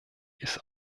ist